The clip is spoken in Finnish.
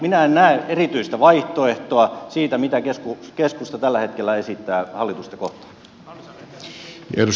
minä en näe erityistä vaihtoehtoa siinä mitä keskusta tällä hetkellä esittää hallitusta kohtaan